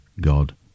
God